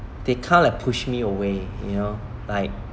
they kind of push me away you know like